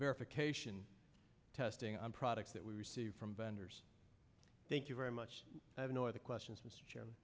verification testing on products that we receive from vendors thank you very much i have no other questions